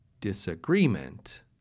disagreement